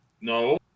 No